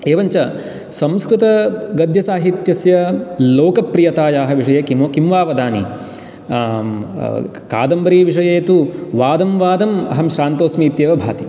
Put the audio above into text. एवञ्च संस्कृतगद्यसाहित्यस्य लोकप्रियतायाः विषये किं वा वदानि कादम्बरीविषये तु वादं वादन् अहं श्रान्तोऽस्मि इत्येव भाति